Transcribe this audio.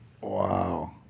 Wow